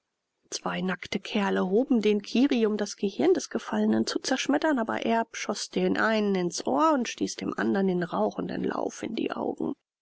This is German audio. zwei nackte kerle hoben den kirri um das gehirn des gefallenen zu zerschmettern aber erb schoß den einen ins ohr und stieß dem anderen den rauchenden lauf in die augen